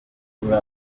muri